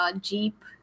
jeep